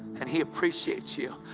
and he appreciates you,